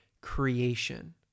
creation